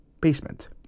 basement